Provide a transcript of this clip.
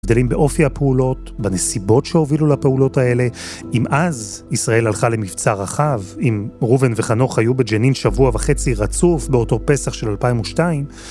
הבדלים באופי הפעולות, בנסיבות שהובילו לפעולות האלה, אם אז ישראל הלכה למבצע רחב, אם ראובן וחנוך היו בג'נין שבוע וחצי רצוף באותו פסח של 2002,